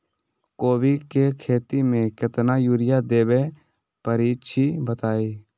कोबी के खेती मे केतना यूरिया देबे परईछी बताई?